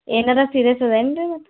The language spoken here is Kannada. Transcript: ಏನಾದ್ರು ಸೀರಿಯಸ್ ಅದಾ ಏನು ರೀ ಮತ್ತು